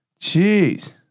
Jeez